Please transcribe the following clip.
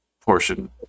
portion